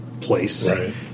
place